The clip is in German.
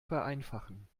vereinfachen